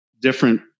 different